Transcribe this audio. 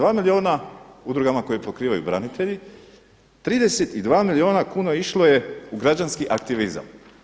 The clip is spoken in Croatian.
2 milijuna udrugama koji pokrivaju branitelji, 32 milijuna kuna išlo je u građanski aktivizam.